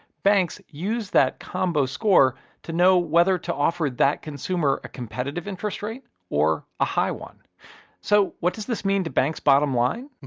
banks use that combo score to know whether to offer that consumer a competitive interest rate or a high one so what does this mean to a banks' bottom line?